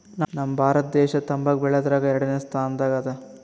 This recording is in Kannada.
ನಮ್ ಭಾರತ ದೇಶ್ ತಂಬಾಕ್ ಬೆಳ್ಯಾದ್ರಗ್ ಎರಡನೇ ಸ್ತಾನದಾಗ್ ಅದಾ